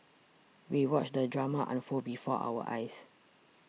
we watched the drama unfold before our eyes